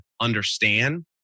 understand